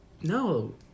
no